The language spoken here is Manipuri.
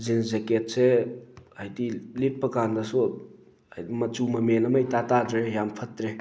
ꯖꯤꯟꯁ ꯖꯦꯀꯦꯠꯁꯦ ꯍꯥꯏꯗꯤ ꯂꯤꯠꯄ ꯀꯥꯟꯗꯁꯨ ꯃꯆꯨ ꯃꯃꯦꯟ ꯑꯃ ꯏꯇꯥ ꯇꯥꯗ꯭ꯔꯦ ꯌꯥꯝ ꯐꯠꯇ꯭ꯔꯦ